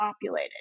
populated